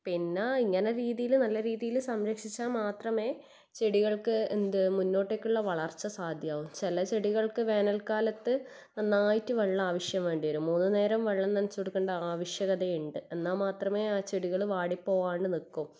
പിന്നെ ഇങ്ങനെ രീതിയിൽ നല്ല രീതിയിൽ സംരക്ഷിച്ചാൽ മാത്രമേ ചെടികൾക്ക് എന്ത് മുന്നോട്ടേക്കുള്ള വളർച്ച സാധ്യമാകൂ ചില ചെടികൾക്ക് വേനൽകാലത്ത് നന്നായിട്ട് വെള്ളം ആവശ്യം വേണ്ടി വരും മൂന്ന് നേരം വെള്ളം നനച്ച് കൊടുക്കേണ്ട ആവശ്യകത ഉണ്ട് എന്നാൽ മാത്രമേ ആ ചെടികൾ വാടി പോകാണ്ട് നിൽക്കൂ